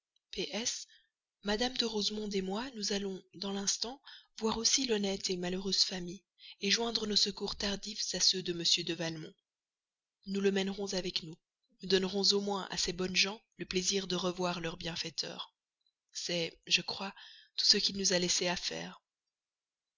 mme de rosemonde moi nous allons dans l'instant voir aussi l'honnête malheureuse famille joindre nos secours tardifs à ceux de m de valmont nous le mènerons avec nous nous donnerons au moins à ces bonnes gens le plaisir de revoir leur bienfaiteur c'est je crois tout ce qu'il nous a laissé à faire